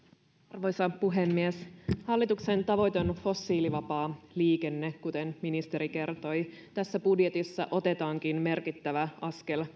arvoisa puhemies hallituksen tavoite on fossiilivapaa liikenne kuten ministeri kertoi tässä budjetissa otetaankin merkittävä askel